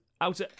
out